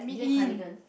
do you have cardigan